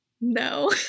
No